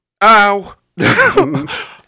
Ow